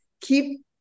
keep